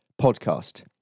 podcast